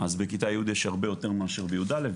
אז בכיתה י' יש יותר מאשר בי"א,